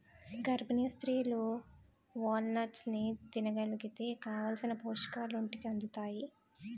గర్భిణీ స్త్రీలు వాల్నట్స్ని తినగలిగితే కావాలిసిన పోషకాలు ఒంటికి అందుతాయి